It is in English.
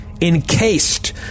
encased